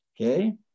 okay